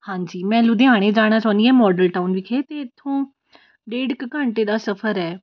ਹਾਂਜੀ ਮੈਂ ਲੁਧਿਆਣੇ ਜਾਣਾ ਚਾਹੁੰਦੀ ਹਾਂ ਮੋਡਲ ਟਾਊਨ ਵਿਖੇ ਅਤੇ ਇੱਥੋਂ ਡੇਢ ਕੁ ਘੰਟੇ ਦਾ ਸਫ਼ਰ ਹੈ